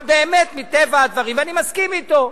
אבל באמת, מטבע הדברים, ואני מסכים אתו,